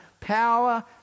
power